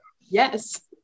Yes